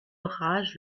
rage